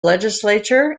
legislature